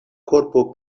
korpo